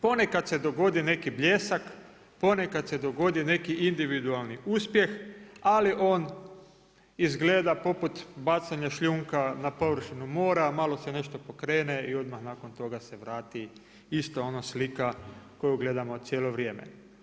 Ponekad se dogodi neki bljesak, ponekad se dogodi neki individualni uspjeh, ali on izgleda poput bacanja šljunka na površinu mora, malo se nešto pokrene i odmah nakon toga se vrati ista ona slika koju gledamo cijelo vrijeme.